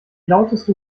lauteste